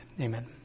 Amen